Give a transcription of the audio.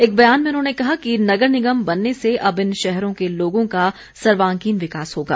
एक बयान में उन्होंने कहा कि नगर निगम बनने से अब इन शहरों के लोगों का सर्वांगीण विकास होगा